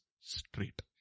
straight